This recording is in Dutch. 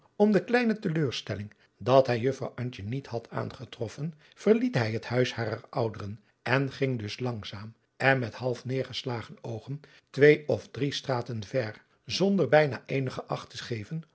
om de kleine teleurstelling dat hij juffrouw antje niet had aangetroffen verliet hij het huis harer ouderen en ging dus langzaam en met half neêrgeslagen oogen twee of drie straten ver zonder bijna eenige acht te geven